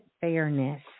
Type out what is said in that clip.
fairness